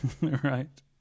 right